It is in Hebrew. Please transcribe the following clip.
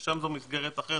ששם זו מסגרת אחרת.